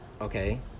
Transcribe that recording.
Okay